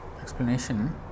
explanation